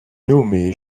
nommé